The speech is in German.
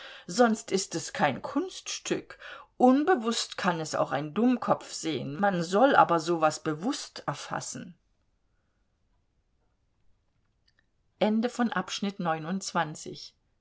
sonst ist es kein kunststück unbewußt kann es auch ein dummkopf sehen man soll aber so was bewußt erfassen